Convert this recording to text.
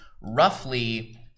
roughly